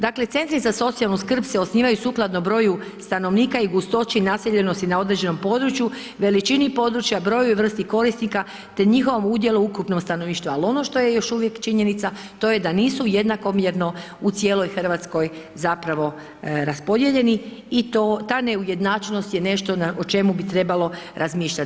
Dakle, Centri za socijalnu skrb se osnivaju sukladno broju stanovnika i gustoći naseljenosti na određenom području, veličini područja, broju i vrsti korisnika, te njihovom udjelu u ukupnom stanovništvu, ali ono što je još uvijek činjenica, to je da nisu jednakomjerno u cijeloj RH zapravo raspodijeljeni i ta neujednačenost je nešto o čemu bi trebalo razmišljat.